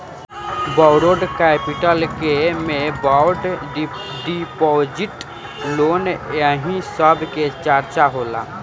borrowed capital के में bond deposit loan एही सब के चर्चा होला